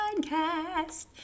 Podcast